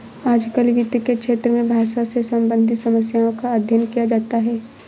आजकल वित्त के क्षेत्र में भाषा से सम्बन्धित समस्याओं का अध्ययन किया जाता है